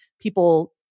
people